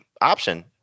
option